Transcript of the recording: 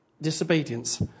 disobedience